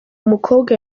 mukobwa